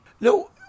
No